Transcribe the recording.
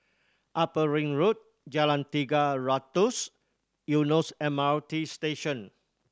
Upper Ring Road Jalan Tiga Ratus Eunos M R T Station